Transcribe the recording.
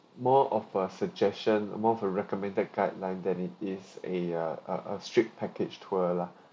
more of a suggestion more of a recommended guidelines then it is a a a strict package tour lah